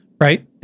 right